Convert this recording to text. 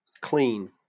clean